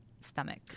stomach